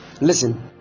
Listen